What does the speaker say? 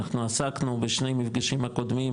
אנחנו עסקנו בשני מפגשים הקודמים,